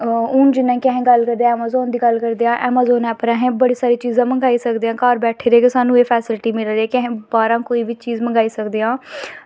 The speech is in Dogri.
हून जि'यां कि अस गल्ल करदे आं ऐमाज़ोन दी गल्ल करदे आं ऐमाज़ोन पर अस बड़ी सारी चीज़ां मंगाई सकदे आं घर बैठे दे गै सानूं एह् फैसिलिटी मिला दी कि एह् बाह्रां कोई बी चीज़ मंगवाई सकदे आं